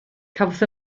cafodd